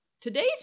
today's